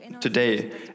today